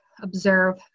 observe